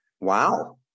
Wow